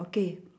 okay